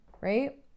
right